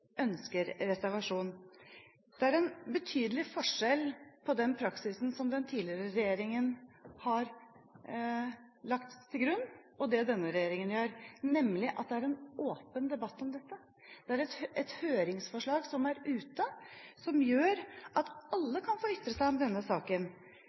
reservasjon. Det er en betydelig forskjell på den praksisen som den tidligere regjeringen har lagt til grunn, og det denne regjeringen gjør, nemlig at det nå er en åpen debatt om dette. Det er et høringsforslag som er ute, som gjør at